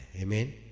Amen